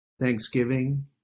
thanksgiving